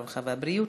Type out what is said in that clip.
הרווחה והבריאות.